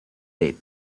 date